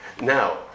Now